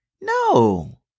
no